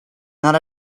not